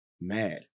mad